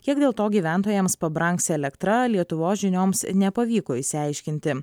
kiek dėl to gyventojams pabrangs elektra lietuvos žinioms nepavyko išsiaiškinti